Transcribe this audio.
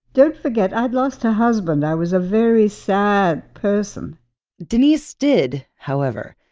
don't forget i had lost a husband. i was a very sad person denise did, however,